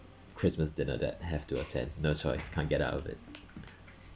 christmas dinner that I have to attend no choice can't get out of it